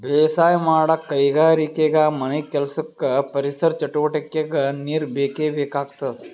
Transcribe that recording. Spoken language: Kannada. ಬೇಸಾಯ್ ಮಾಡಕ್ಕ್ ಕೈಗಾರಿಕೆಗಾ ಮನೆಕೆಲ್ಸಕ್ಕ ಪರಿಸರ್ ಚಟುವಟಿಗೆಕ್ಕಾ ನೀರ್ ಬೇಕೇ ಬೇಕಾಗ್ತದ